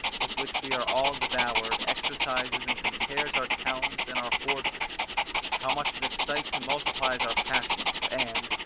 with which we are all devoured, exercises and compares our talents and our forces how much it excites and multiplies our passions and,